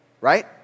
right